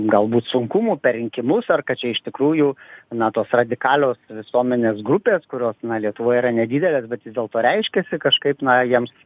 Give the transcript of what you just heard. galbūt sunkumų per rinkimus ar kad čia iš tikrųjų na tos radikalios visuomenės grupės kurios lietuvoje yra nedidelės bet vis dėlto reiškiasi kažkaip na jiems